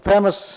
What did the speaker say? Famous